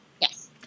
Yes